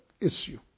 issue